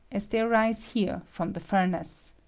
as they arise here from the furnace,